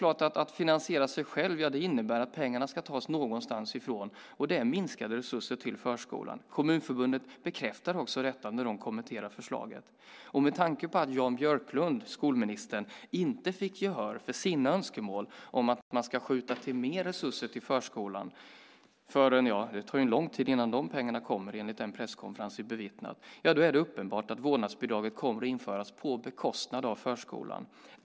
Att finansiera sig själv innebär att pengarna ska tas någonstans ifrån. Det är minskade resurser till förskolan. Kommunförbundet bekräftade också detta när det kommenterade förslaget. Med tanke på att Jan Björklund, skolministern, inte fick gehör för sina önskemål om att man ska skjuta till mer resurser till förskolan kommer det att ta lång tid innan de pengarna kommer enligt den presskonferens jag bevittnade. Då är det uppenbart att vårdnadsbidraget kommer att införas på bekostnad av förskolan.